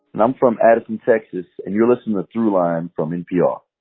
and i'm from addison, texas. and you're listening to throughline from npr